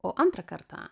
o antrą kartą